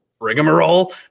rigmarole